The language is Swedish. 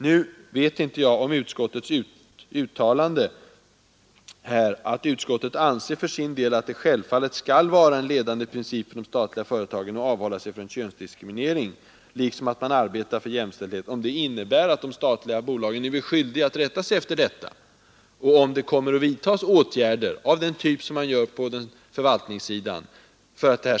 Nu vet inte jag om utskottets uttalande att det ”självfallet skall vara en ledande princip för de statliga företagen att avhålla sig från könsdiskriminering liksom att man där arbetar för jämställdhet mellan manliga och kvinnliga arbetstagare” innebär att de statliga bolagen nu är skyldiga att rätta sig efter detta och om det kommer att vidtas åtgärder av samma typ som på förvaltningssidan.